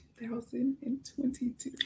2022